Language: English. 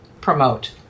promote